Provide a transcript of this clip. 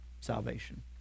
salvation